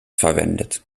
verwendet